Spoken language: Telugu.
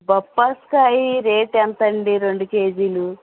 బొప్పాస్ కాయి రేటు ఎంతండి రెండు కేజీలు